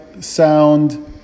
sound